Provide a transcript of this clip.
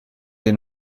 dei